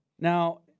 Now